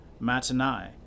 Matanai